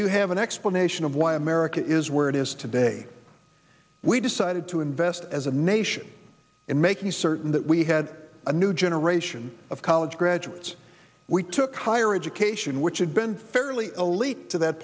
you have an explanation of why america is where it is today we decided to invest as a nation in making certain that we had a new generation of college graduates we took higher education which had been fairly elite to that